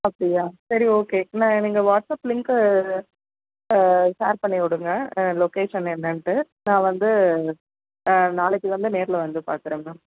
அப்படியா சரி okay ma'am நீங்கள் வாட்ஸ்அப் லிங்க்கை ஷேர் பண்ணி விடுங்க லொக்கேஷன் என்னென்டு நான் வந்து நாளைக்கு வந்து நேரில் வந்து பார்க்குறேன் மேம்